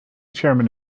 chairman